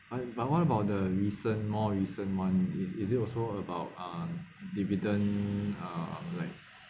but but what about the recent more recent one is is it also about uh dividend uh like